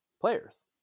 players